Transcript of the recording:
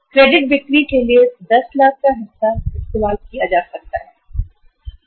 credit बिक्री के लिए 10 लाख का हिस्सा इस्तेमाल किया जा सकता है